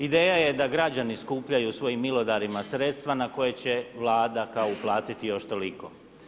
Ideja je da građani skupljaju svojim milodarima sredstva na koje će Vlada kao uplatiti još toliko.